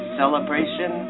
celebration